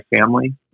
family